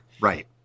Right